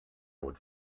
would